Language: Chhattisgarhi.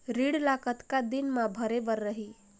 ऋण ला कतना दिन मा भरे बर रही?